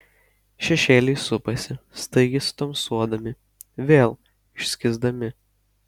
šešėliai supasi staigiai sutamsuodami vėl išskysdami